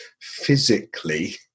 physically